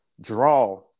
draw